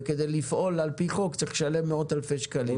וכדי לפעול, לפי החוק, צריך לשלם מאות אלפי שקלים.